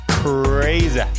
Crazy